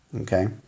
Okay